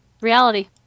Reality